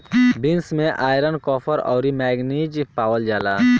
beans में iron, copper, अउरी manganese पावल जाला